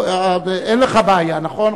אין לך בעיה, נכון?